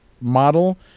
model